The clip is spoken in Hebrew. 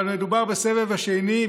אבל מדובר בסבב השני,